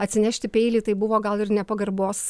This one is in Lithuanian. atsinešti peilį tai buvo gal ir nepagarbos